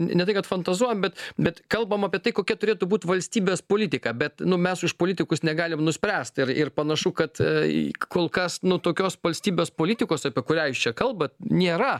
ne tai kad fantazuojam bet bet kalbam apie tai kokia turėtų būti valstybės politika bet nu mes už politikus negalim nuspręst ir ir panašu kad tai kol kas nuo tokios valstybės politikos apie kurią jūs čia kalbat nėra